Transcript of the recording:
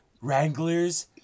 wranglers